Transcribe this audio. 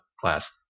class